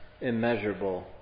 immeasurable